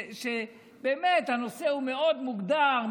שבאמת הנושא הוא מאוד מוגדר,